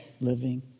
living